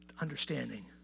Understanding